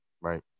Right